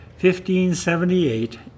1578